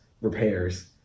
repairs